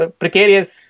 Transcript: precarious